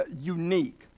unique